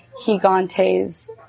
Higante's